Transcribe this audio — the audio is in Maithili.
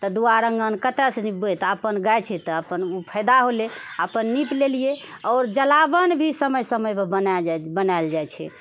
तऽ दुआरि आङ्गन कतहुँसँ निपबै तऽ अपन गाय छै तऽ अपन ओ फायदा होले अपन नीप लेलिऐ आओर जलाओन भी समय समय पर बनाएल जाइ छै